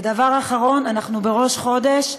ודבר אחרון, אנחנו בראש חודש,